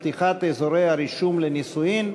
שטרן: פתיחת אזורי הרישום לנישואים.